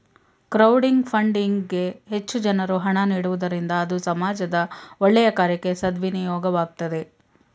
crowding funding ಗೆ ಹೆಚ್ಚು ಜನರು ಹಣ ನೀಡುವುದರಿಂದ ಅದು ಸಮಾಜದ ಒಳ್ಳೆಯ ಕಾರ್ಯಕ್ಕೆ ಸದ್ವಿನಿಯೋಗವಾಗ್ತದೆ